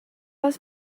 was